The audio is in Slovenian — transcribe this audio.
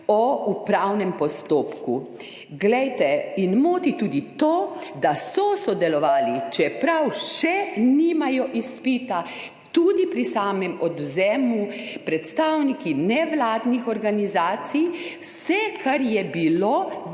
upravnem postopku. Moti tudi to, da so sodelovali, čeprav še nimajo izpita, tudi pri samem odvzemu, predstavniki nevladnih organizacij. Vse, kar je bilo